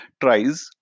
tries